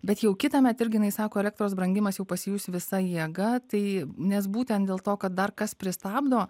bet jau kitąmet irgi jinai sako elektros brangimas jau pasijus visa jėga tai nes būtent dėl to kad dar kas pristabdo